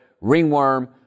ringworm